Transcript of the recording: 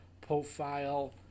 profile